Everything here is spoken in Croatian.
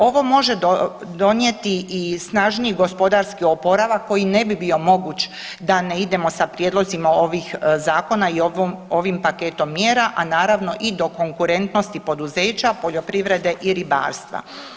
Ovo može donijeti i snažniji gospodarski oporavak koji ne bi bio moguć da ne idemo sa prijedlozima ovih zakona i ovom, ovim paketom mjera, a naravno i do konkurentnosti poduzeća, poljoprivrede i ribarstva.